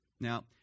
Now